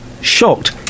shocked